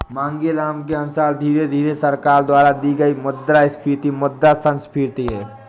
मांगेराम के अनुसार धीरे धीरे सरकार द्वारा की गई मुद्रास्फीति मुद्रा संस्फीति है